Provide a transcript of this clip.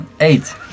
Eight